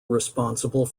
responsible